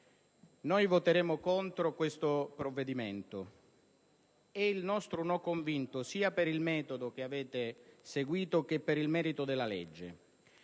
noi voteremo contro il provvedimento in esame, e il nostro è un no convinto, sia per il metodo che avete seguito che per il merito della legge.